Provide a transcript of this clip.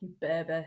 baby